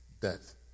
death